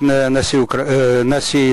נשיא הרפובליקה של אוקראינה פטרו אולכסיוביץ'